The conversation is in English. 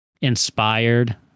inspired